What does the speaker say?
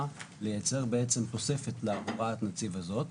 לייצר בעצם תוספת להוראת הנציב הזאת.